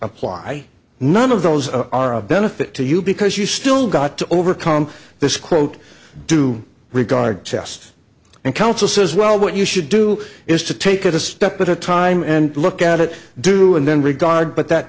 apply none of those are of benefit to you because you still got to overcome this quote due regard test and counsel says well what you should do is to take it a step at a time and look at it do and then regard but that